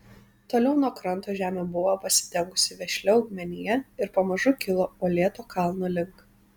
toliau nuo kranto žemė buvo pasidengusi vešlia augmenija ir pamažu kilo uolėto kalno link